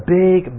big